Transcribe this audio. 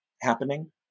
happening